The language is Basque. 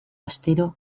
astero